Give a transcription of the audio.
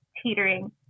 teetering